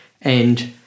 and-